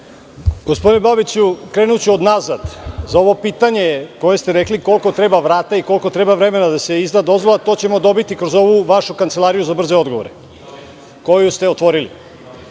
Gospodine Babiću, krenuću od nazad. Za ovo pitanje koje ste rekli – koliko treba vrata i koliko treba vremena da se izda dozvola, to ćemo dobiti kroz ovu vašu Kancelariju za brze odgovore, koju ste otvorili. Što